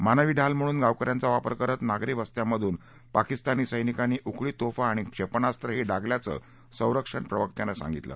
मानवी ढाल म्हणून गावक यांचा वापर करत नागरी वस्त्यांमधून पाकिस्तानी सैनिकांनी उखळी तोफा आणि क्षेपणाखंही डागल्याचं संरक्षण प्रवक्त्यानं सांगितलं